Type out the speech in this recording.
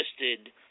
listed –